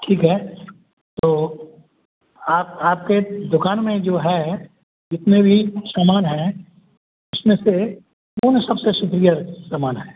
ठीक है तो आप आपके दुकान में जो है जितने भी सामान हैं उसमें से कौन सबसे सुटियर सामान है